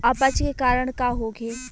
अपच के कारण का होखे?